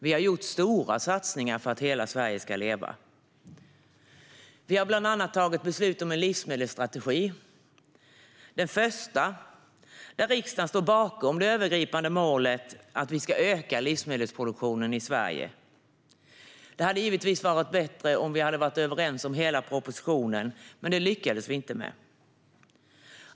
Vi har gjort stora satsningar för att hela Sverige ska leva. Vi har bland annat tagit beslut om en livsmedelsstrategi, den första, där riksdagen står bakom det övergripande målet att vi ska öka livsmedelsproduktionen i Sverige. Det hade givetvis varit bättre om alla hade varit överens om hela propositionen, men det lyckades vi inte med.